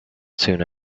soon